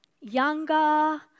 younger